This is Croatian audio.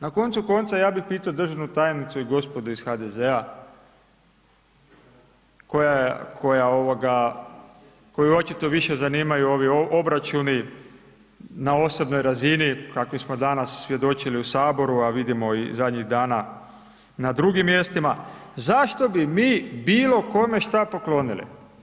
Na koncu konca, ja bih pitao državu tajnicu i gospodu iz HDZ-a, koja ovoga, koju očito više zanimaju ovi obračuni na osobnoj razini kakvim smo danas svjedočili u saboru, a vidimo i zadnjih dana na drugim mjestima, zašto bi mi bilo kome šta poklonili?